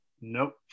Nope